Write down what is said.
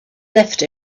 left